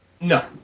No